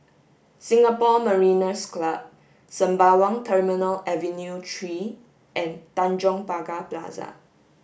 Singapore Mariners' Club Sembawang Terminal Avenue three and Tanjong Pagar Plaza